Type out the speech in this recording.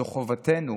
זו חובתנו